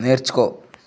నేర్చుకో